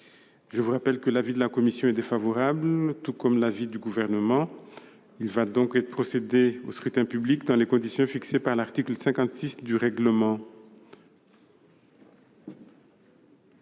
Je rappelle que l'avis de la commission est défavorable, de même que celui du Gouvernement. Il va être procédé au scrutin dans les conditions fixées par l'article 56 du règlement.